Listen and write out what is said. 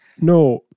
No